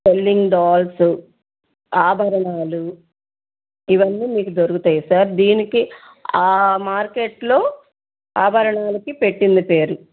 selling dolls ఆభరణాలు ఇవన్నీ మీకు దొరుకుతాయి సార్ దీనికి ఆ మార్కెట్లో ఆభరణాలకి పెట్టింది పేరు